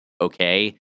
okay